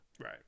Right